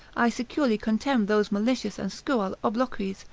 i securely contemn those malicious and scurrile obloquies,